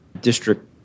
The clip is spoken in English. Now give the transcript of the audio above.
district